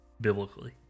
biblically